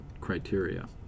criteria